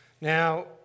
Now